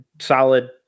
solid